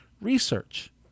research